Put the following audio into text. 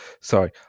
Sorry